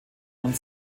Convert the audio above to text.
und